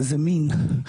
זה מין,